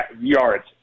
yards